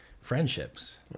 friendships